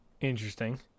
Interesting